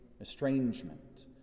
estrangement